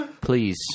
Please